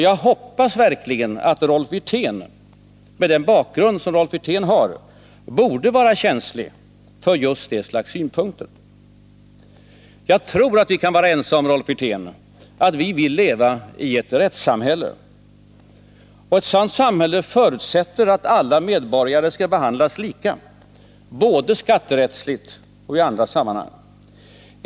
Jag hoppas verkligen att Rolf Wirtén, med den bakgrund som han har, är känslig för just den sortens synpunkter. Jag tror att vi kan vara ense om, Rolf Wirtén, att vi vill leva i ett rättssamhälle. Ett sådant samhälle förutsätter att alla medborgare skall behandlas lika, både skatterättsligt och i andra sammanhang.